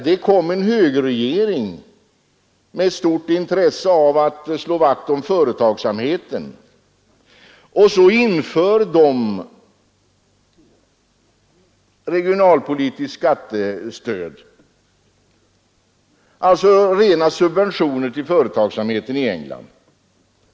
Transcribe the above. Det kom en högerregering med stort intresse för att slå vakt om företagsamheten, och så införde den regionalpolitiskt skattestöd — alltså rena subventioner till företagsamheten.